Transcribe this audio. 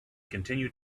continue